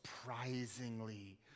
surprisingly